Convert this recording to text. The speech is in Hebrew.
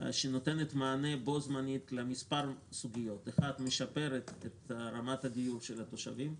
שנותנת מענה בו-זמנית למספר סוגיות: 1) משפרת את רמת הדיור של התושבים,